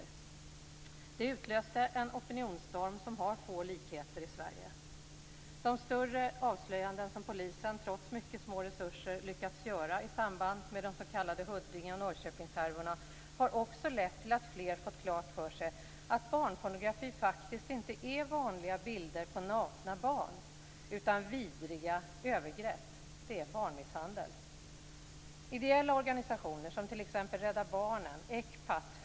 Det utlöste en opinionsstorm som har få likheter i Sverige. De större avslöjanden som polisen trots mycket små resurser lyckats göra i samband med de s.k. Huddinge och Norrköpingshärvorna har också lett till att fler fått klart för sig att barnpornografi faktiskt inte är vanliga bilder på nakna barn utan vidriga övergrepp. Det är barnmisshandel.